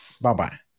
Bye-bye